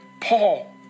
Paul